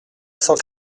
cent